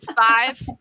Five